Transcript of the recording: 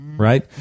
Right